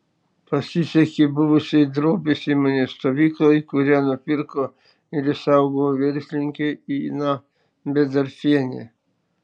pasisekė buvusiai drobės įmonės stovyklai kurią nupirko ir išsaugojo verslininkė ina bedarfienė